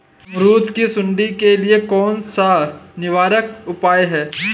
अमरूद की सुंडी के लिए कौन सा निवारक उपाय है?